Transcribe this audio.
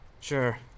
Sure